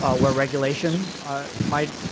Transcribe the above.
ah where regulation might